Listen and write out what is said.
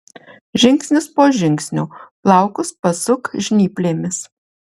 žingsnis po žingsnio plaukus pasuk žnyplėmis